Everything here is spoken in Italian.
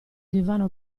divano